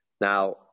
Now